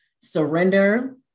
surrender